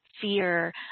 fear